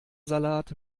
salat